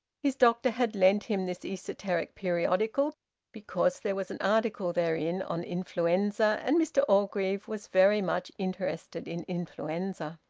his doctor had lent him this esoteric periodical because there was an article therein on influenza, and mr orgreave was very much interested in influenza.